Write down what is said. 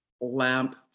lamp